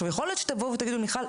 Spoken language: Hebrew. יכול להיות שתבואו ותגידו: "מיכל,